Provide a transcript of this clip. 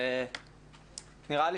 נראה לי